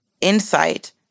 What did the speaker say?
insight